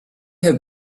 have